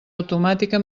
automàtica